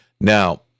Now